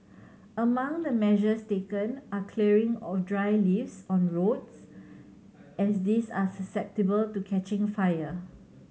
among the measures taken are clearing of dry leaves on roads as these are susceptible to catching fire